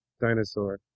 dinosaur